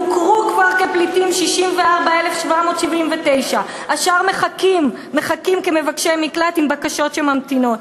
הוכרו כבר כפליטים 64,779. השאר מחכים כמבקשי מקלט עם בקשות שממתינות.